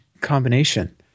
combination